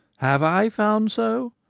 have i found so?